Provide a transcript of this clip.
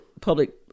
public